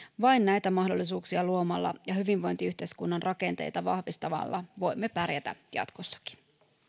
vain näitä mahdollisuuksia luomalla ja hyvinvointiyhteiskunnan rakenteita vahvistamalla voimme pärjätä jatkossakin